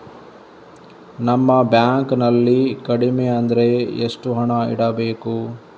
ನಮ್ಮ ಬ್ಯಾಂಕ್ ನಲ್ಲಿ ಕಡಿಮೆ ಅಂದ್ರೆ ಎಷ್ಟು ಹಣ ಇಡಬೇಕು?